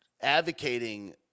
advocating